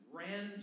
ran